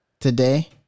today